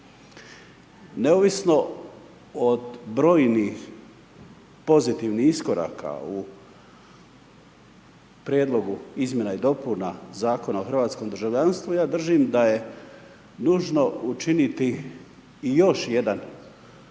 Neovisno od brojnih pozitivnih iskoraka u prijedlogu izmjene i dopuna Zakona o hrvatskom državljanstvu, ja dražim da je nužno učiniti i još jedan